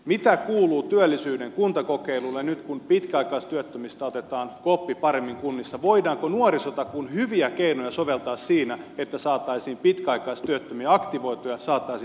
mitä kuuluu työllisyyden kuntakokeilulle nyt kun pitkäaikaistyöttömistä otetaan koppi paremmin kunnissa voidaanko nuorisotakuun hyviä keinoja soveltaa siinä että saataisiin pitkäaikaistyöttömiä aktivoitua ja saataisiin heille työpaikkoja